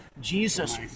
Jesus